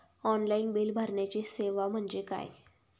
Online bill भरण्याची सेवा म्हणजे काय?